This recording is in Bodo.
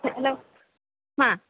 हेल' मा